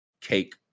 cake